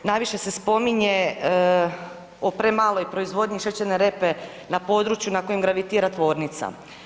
Najviše se spominje o premaloj proizvodnji šećerne repe na području na kojem gravitira tvornica.